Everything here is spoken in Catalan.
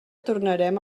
tornarem